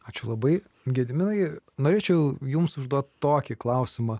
ačiū labai gediminai norėčiau jums užduoti tokį klausimą